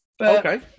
Okay